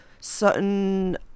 certain